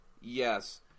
Yes